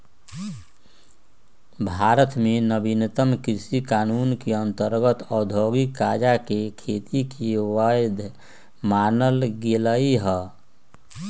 भारत में नवीनतम कृषि कानून के अंतर्गत औद्योगिक गजाके खेती के वैध मानल गेलइ ह